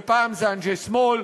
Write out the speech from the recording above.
ופעם זה אנשי שמאל,